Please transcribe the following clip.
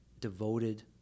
devoted